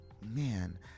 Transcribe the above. man